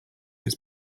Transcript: his